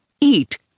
eat